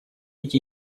эти